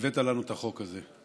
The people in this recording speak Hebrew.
שהבאת לנו את החוק הזה,